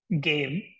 game